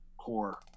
core